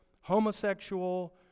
homosexual